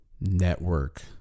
network